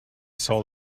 saw